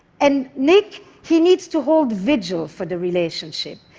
and nick, he needs to hold vigil for the relationship.